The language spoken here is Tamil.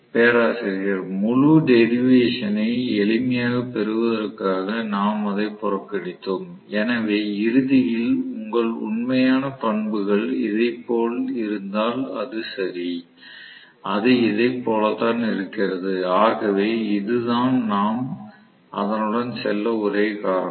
மாணவர் 1453 பேராசிரியர் முழு டெரிவேஷனை எளிமையைப் பெறுவதற்காக நாம் அதைப் புறக்கணிக்கிறோம் எனவே இறுதியில் உங்கள் உண்மையான பண்புகள் இதை போல இருந்தால் அது சரி அது இதை போலத்தான் இருக்கிறது ஆகவே இதுதான் நாம் அதனுடன் செல்ல ஒரே காரணம்